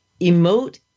emote